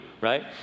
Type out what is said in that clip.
right